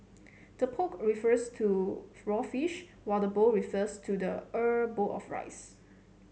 the poke refers to raw fish while the bowl refers to the er bowl of rice